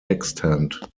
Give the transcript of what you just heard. extant